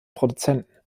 produzenten